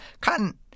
Cotton